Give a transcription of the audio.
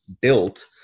built